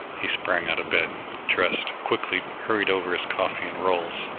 he sprang out of bed, dressed quickly, hurried over his coffee and rolls,